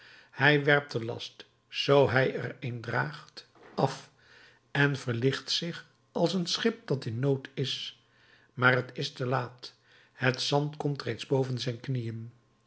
hij werpt den last zoo hij er een draagt af en verlicht zich als een schip dat in nood is maar het is te laat het zand komt reeds tot boven zijn knieën